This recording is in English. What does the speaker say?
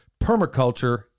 Permaculture